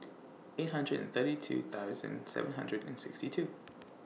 eight hundred and thirty two thousand seven hundred and sixty two